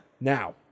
Now